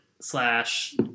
slash